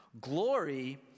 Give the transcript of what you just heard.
Glory